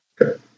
Okay